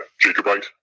Jacobite